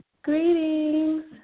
Greetings